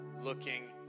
looking